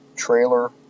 Trailer